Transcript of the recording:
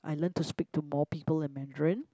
I learn to speak to more people in Mandarin